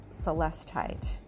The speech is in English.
celestite